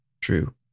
True